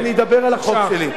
אני אדבר על החוק שלי.